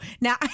Now